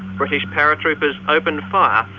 british paratroopers opened fire,